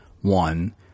one